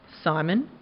Simon